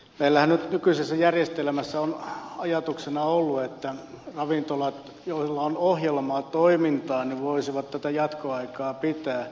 meillähän nykyisessä järjestelmässä on ajatuksena ollut että ravintolat joilla on ohjelmaa toimintaa voisivat jatkoaikaa pitää